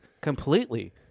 completely